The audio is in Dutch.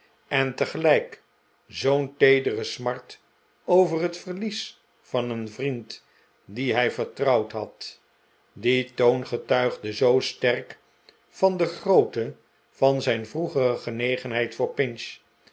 en tegelijk zoo'n teedere smart over het verlies van een vriend dien hij vertrouwd had die toon getuigde zoo sterk van de grootte van zijn vroegere genegenheid voor pinch